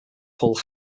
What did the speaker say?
pull